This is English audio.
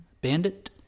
bandit